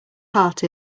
heart